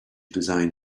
design